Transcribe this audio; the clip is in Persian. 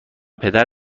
پدر